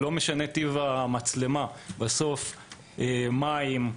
וכוללת מים,